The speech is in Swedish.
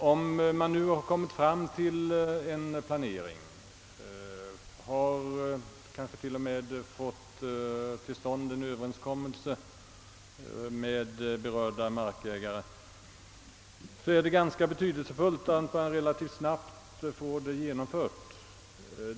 Om man nu har kommit fram till en planering — kanske t.o.m. fått till stånd en överenskonmelse med berörda markägare — är det ganska betydelse fullt att man relativt snabbt får åtgärderna genomförda.